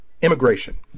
immigration